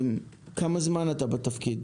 בבקשה, כמה זמן אתה בתפקיד?